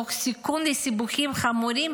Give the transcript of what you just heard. תוך סיכון לסיבוכים חמורים